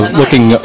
looking